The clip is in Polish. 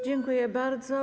Dziękuję bardzo.